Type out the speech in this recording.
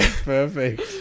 perfect